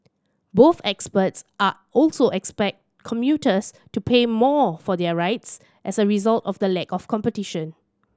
both experts are also expect commuters to pay more for their rides as a result of the lack of competition